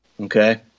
Okay